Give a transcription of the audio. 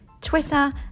twitter